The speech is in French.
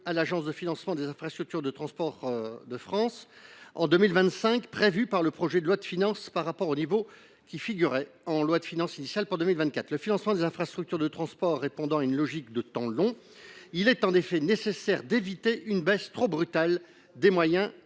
à l’Agence de financement des infrastructures de transport de France en 2025, par rapport au niveau qui figurait en loi de finances initiale pour 2024. Le financement des infrastructures de transport répondant à une logique de temps long, il est en effet nécessaire d’éviter une baisse trop brutale des moyens